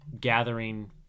gathering